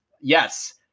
Yes